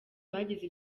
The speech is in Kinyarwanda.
bagize